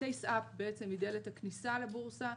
ה- TASE UP היא דלת הכניסה לבורסה.